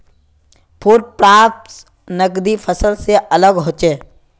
food crops नगदी फसल से अलग होचे